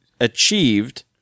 achieved